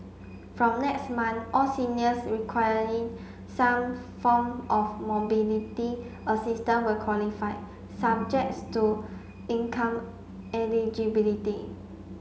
from next month all seniors requiring some form of mobility assistance will qualify subjects to income eligibility